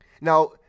Now